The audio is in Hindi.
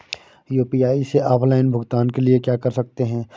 यू.पी.आई से ऑफलाइन भुगतान के लिए क्या कर सकते हैं?